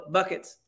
Buckets